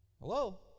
Hello